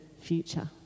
future